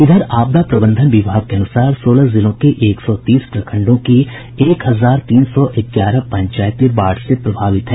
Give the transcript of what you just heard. इधर आपदा प्रबंधन विभाग के अनुसार सोलह जिलों के एक सौ तीस प्रखंडों की एक हजार तीन सौ ग्यारह पंचायतें बाढ़ से प्रभावित हैं